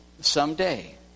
someday